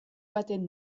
baten